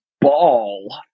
ball